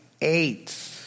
eight